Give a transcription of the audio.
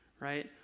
Right